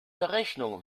berechnung